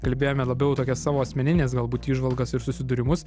kalbėjome labiau tokias savo asmenines galbūt įžvalgas ir susidūrimus